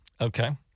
Okay